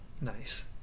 Nice